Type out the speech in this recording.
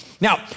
Now